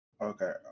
Okay